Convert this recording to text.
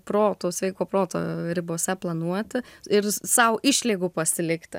proto sveiko proto ribose planuoti ir sau išlygų pasilikti